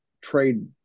trade